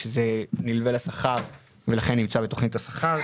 שזה נלווה לשכר ולכן נמצא בתוכנית השכר.